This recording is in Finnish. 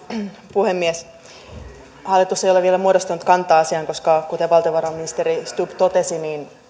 puhemies hallitus ei ole vielä muodostanut kantaa asiaan koska kuten valtiovarainministeri stubb totesi